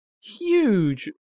huge